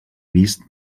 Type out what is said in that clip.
vist